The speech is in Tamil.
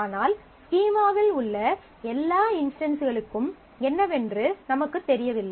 ஆனால் ஸ்கீமாவில் உள்ள எல்லா இன்ஸ்டன்ஸ்களுக்கும் என்னவென்று நமக்குத் தெரியவில்லை